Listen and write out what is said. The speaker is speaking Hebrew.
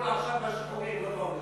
הטיפול עכשיו בשחורים, לא בהון השחור.